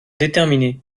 déterminée